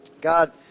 God